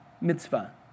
Mitzvah